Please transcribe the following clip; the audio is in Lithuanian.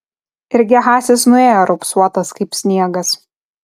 ir gehazis nuėjo raupsuotas kaip sniegas